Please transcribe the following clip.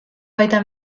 baita